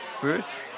Bruce